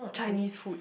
Chinese food